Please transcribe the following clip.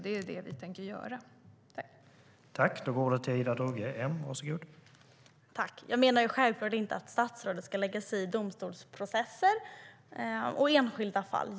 Det är det vi tänker göra.